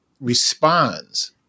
responds